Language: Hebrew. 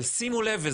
אבל שימו לב,